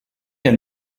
elle